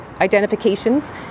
identifications